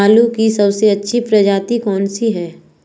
आलू की सबसे अच्छी प्रजाति कौन सी है?